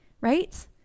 right